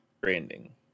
Branding